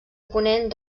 ponent